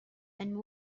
and